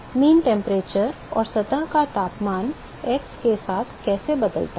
औसत तापमान और सतह का तापमान x के साथ कैसे बदलता है